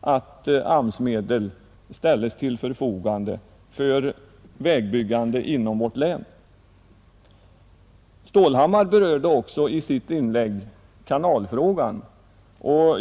att AMS-medel ställs till förfogande för vägbyggande inom vårt län? Herr Stålhammar berörde i sitt inlägg också kanalfrågan.